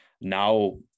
now